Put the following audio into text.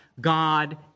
God